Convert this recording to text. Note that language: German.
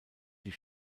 die